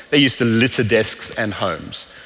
they used to litter desks and homes.